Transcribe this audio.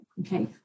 Okay